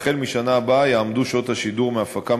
והחל מהשנה הבאה יעמדו שעות השידור מההפקה